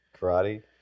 karate